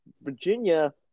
Virginia